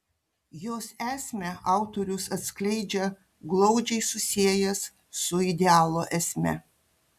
jos esmę autorius atskleidžia glaudžiai susiejęs su idealo esme